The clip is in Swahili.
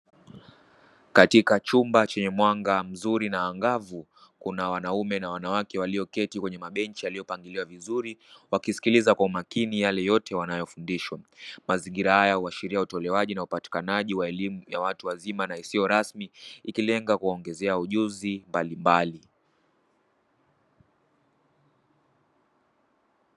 Katika chumba chenye mwanga mzuri na angavu, kuna wanaume na wanawake walioketi kwenye mabenchi yaliyopangiliwa vizuri, wakisikiliza kwa umakini yale yote wanayofundishwa. Mazingira haya huashiria utolewaji na upatikanaji wa elimu ya watu wazima na isiyo rasmi ikilenga kuongezea ujuzi mbalimbali.